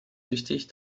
wichtig